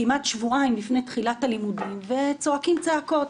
כמעט שבועיים לפני תחילת הדיונים, וצועקים צעקות.